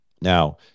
Now